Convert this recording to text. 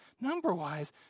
number-wise